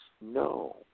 No